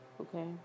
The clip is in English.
Okay